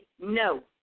no